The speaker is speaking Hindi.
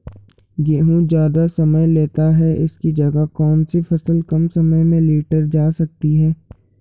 गेहूँ ज़्यादा समय लेता है इसकी जगह कौन सी फसल कम समय में लीटर जा सकती है?